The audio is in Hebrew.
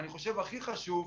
אני חושב שהכי חשוב,